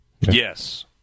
Yes